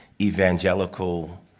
evangelical